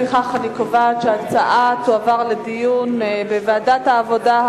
לפיכך אני קובעת שההצעה תועבר לדיון בוועדת העבודה,